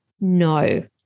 no